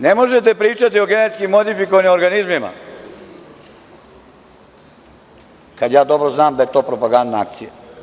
Ne možete pričati o genetski modifikovanim organizmima, kada ja dobro znam da je to propagandna akcija.